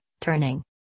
turning